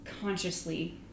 consciously